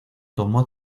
tomó